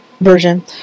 Version